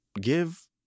give